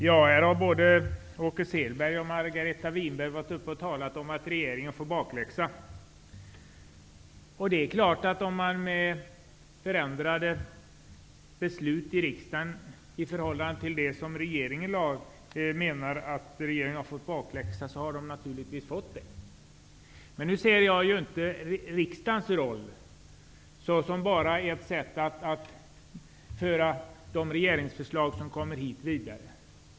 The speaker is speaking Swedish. Fru talman! Både Åke Selberg och Margareta Winberg har talat om att regeringen får bakläxa. Det är klart att om man med bakläxa menar att vi i riksdagen ändrar regeringens förslag i propositionen, så innebär det naturigtvis att regeringen har fått bakläxa. Men jag anser inte att riksdagens roll är att bara föra regeringens förslag vidare.